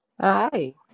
Hi